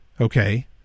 Okay